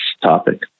topic